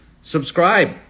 subscribe